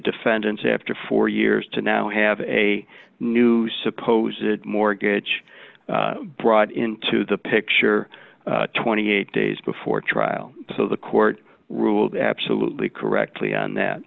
defendants after four years to now have a new suppose it mortgage brought into the picture twenty eight days before trial so the court ruled absolutely correctly and that